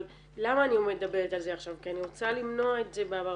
אבל למה אני מדברת על זה עכשיו כי אני רוצה למנוע את זה באברבנאל.